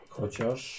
Chociaż